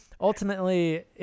Ultimately